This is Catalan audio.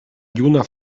lluna